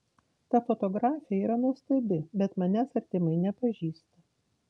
ta fotografė yra nuostabi bet manęs artimai nepažįsta